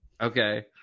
okay